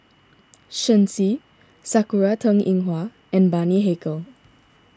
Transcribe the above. Shen Xi Sakura Teng Ying Hua and Bani Haykal